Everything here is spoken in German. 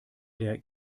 der